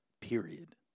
Period